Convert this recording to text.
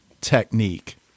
technique